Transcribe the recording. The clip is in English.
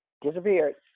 disappeared